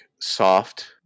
soft